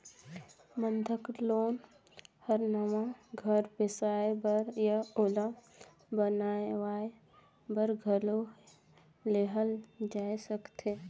बंधक लोन हर नवा घर बेसाए बर या ओला बनावाये बर घलो लेहल जाय सकथे